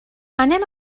anem